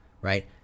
right